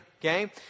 Okay